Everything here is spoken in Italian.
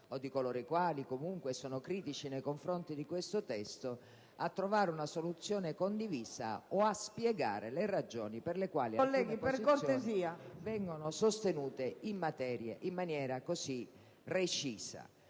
o di coloro i quali comunque sono critici nei confronti di questo provvedimento, né a trovare una soluzione condivisa o a spiegare le ragioni per le quali alcune posizioni vengono sostenute in maniera così recisa.